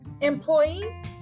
Employee